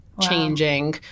changing